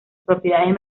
propiedades